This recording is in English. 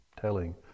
telling